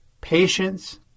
patience